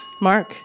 Mark